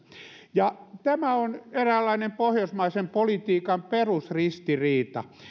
tämä on eräänlainen pohjoismaisen politiikan perusristiriita